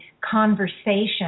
conversation